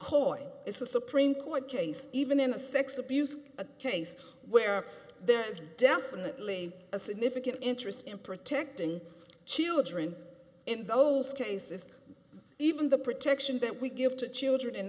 a supreme court case even in a sex abuse case where there's definitely a significant interest in protecting children in those cases even the protection that we give to children in